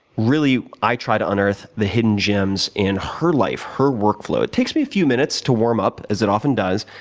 really, i try to unearth hidden gems in her life, her workflow. it takes me a few minutes to warm up as it often does,